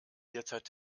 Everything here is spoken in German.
derzeit